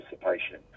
participation